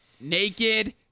naked